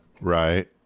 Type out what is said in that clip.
Right